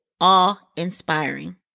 awe-inspiring